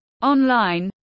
Online